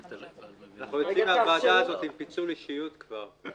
אנחנו יוצאים מהוועדה הזאת עם פיצול אישיות כבר.